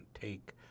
take